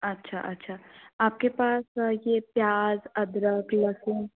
अच्छा अच्छा आपके पास ये प्याज अदरक लहसुन